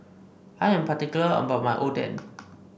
I am particular about my Oden